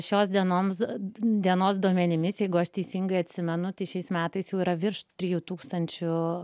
šios dienoms dienos duomenimis eigos teisingai atsimenu tai šiais metais jau yra virš trijų tūkstančių